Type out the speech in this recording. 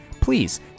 Please